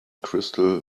crystal